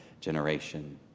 generation